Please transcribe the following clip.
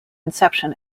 inception